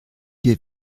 wir